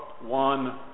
one